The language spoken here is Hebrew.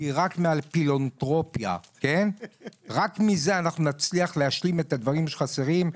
אבל רק מהפילנתרופיה אנחנו נצליח להשלים את הדברים שחסרים.